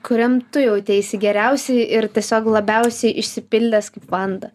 kuriam tu jauteisi geriausiai ir tiesiog labiausiai išsipildęs kaip vanda